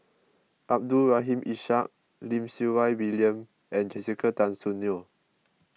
Abdul Rahim Ishak Lim Siew Wai William and Jessica Tan Soon Neo